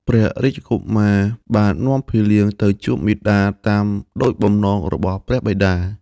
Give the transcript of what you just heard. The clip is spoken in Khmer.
ព្រះរាជកុមារបាននាំភីលៀងទៅជួបមាតាតាមដូចបំណងរបស់ព្រះបិតា។